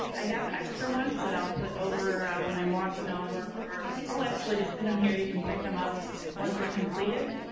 i have extra ones that i'll put over when i'm walking over. i'll actually just put them here you can pick them up once we're completed.